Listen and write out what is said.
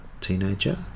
teenager